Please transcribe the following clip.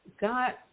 got